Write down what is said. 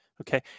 Okay